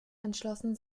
entschlossen